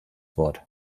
wort